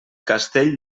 castell